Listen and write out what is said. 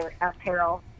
Apparel